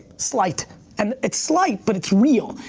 slight and it's slight, but it's real.